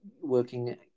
working